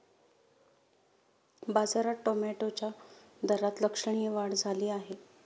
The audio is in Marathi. बाजारात टोमॅटोच्या दरात लक्षणीय वाढ झाली आहे